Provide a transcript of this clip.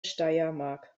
steiermark